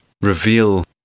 reveal